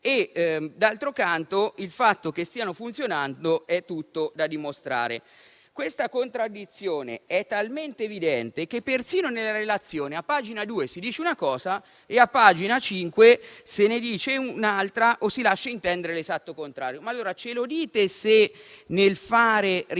D'altro canto, il fatto che stiano funzionando è tutto da dimostrare. Questa contraddizione è talmente evidente che, persino nella relazione, a pagina 2 si dice una cosa, e a pagina 5 se ne dice un'altra o si lascia intendere l'esatto contrario. Ce lo dite, allora, se nel fare riferimento